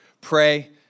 pray